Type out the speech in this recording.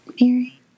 Mary